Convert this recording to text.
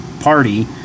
party